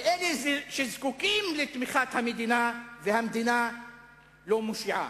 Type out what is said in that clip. באלה שזקוקים לתמיכת המדינה, והמדינה לא מושיעה,